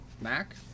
Mac